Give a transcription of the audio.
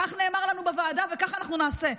כך נאמר לנו בוועדה, וכך אנחנו נעשה.